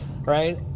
right